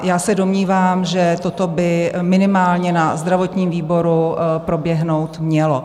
Já se domnívám, že toto by minimálně na zdravotním výboru proběhnout mělo.